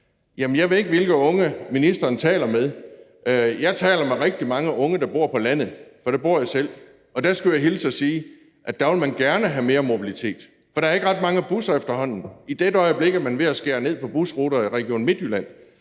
Jeg ved ikke, hvilke unge ministeren taler med, men jeg taler med rigtig mange unge, der bor på landet, for der bor jeg selv, og jeg skulle hilse og sige, at der vil man gerne have mere mobilitet, for der er ikke ret mange busser efterhånden. I dette øjeblik er man ved at skære ned på busruter i Region Midtjylland,